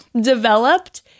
developed